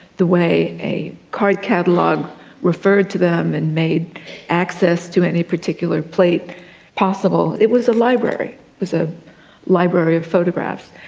the way a card catalogue referred to them and made access to any particular plate possible. it was a library, it was a library of photographs.